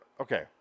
Okay